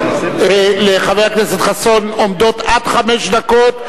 לחבר הכנסת חסון עומדות עד חמש דקות.